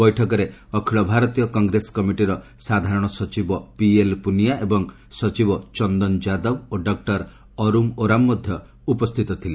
ବୈଠକରେ ଅଖିଳ ଭାରତୀୟ କଂଗ୍ରେସ କମିଟିର ସାଧାରଣ ସଚିବ ପିଏଲ୍ପୁନିଆ ଏବଂ ସଚିବ ଚନ୍ଦନ ଯାଦବ ଓ ଡକୁର ଅରୁମ ଓରାମ ମଧ୍ୟ ବୈଠକରେ ଉପସ୍ଥିତ ରହିଥିଲେ